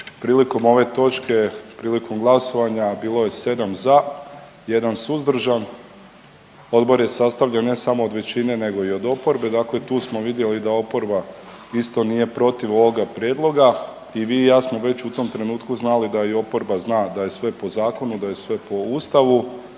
Prilikom ove točke, prilikom glasovanja bilo je 7 za, 1 suzdržan, odbor je sastavljen ne samo od većine nego i od oporbe. Dakle, tu smo vidjeli da oporba isto nije protiv ovoga prijedloga i vi i ja smo u već u tom trenutku znali da i oporba zna da je sve po zakonu, da je sve po Ustavu.